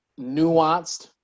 nuanced